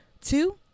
two